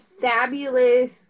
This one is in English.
fabulous